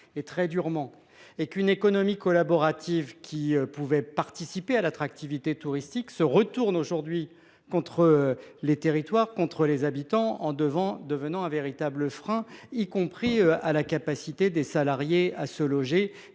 très dure. Une économie collaborative qui participait à l’attractivité touristique se retourne aujourd’hui contre les territoires et leurs habitants, en devenant un véritable frein à la capacité des salariés à se loger